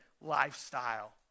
lifestyle